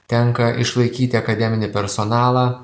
tenka išlaikyti akademinį personalą